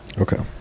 okay